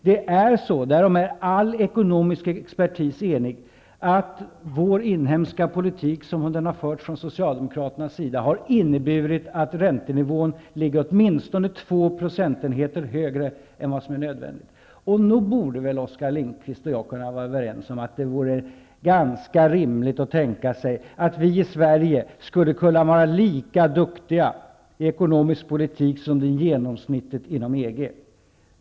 Det är så -- därom är all ekonomisk expertis enig -- att den inhemska politik som har förts från socialdemokraternas sida har inneburit att räntenivån ligger åtminstone två procentenheter högre än vad som är nödvändigt. Nog borde väl Oskar Lindkvist och jag kunna vara överens om att det vore ganska rimligt att tänka sig att vi i Sverige skulle kunna vara lika duktiga i ekonomisk politik som genomsnittet inom EG.